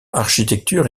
architecture